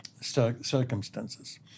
circumstances